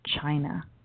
China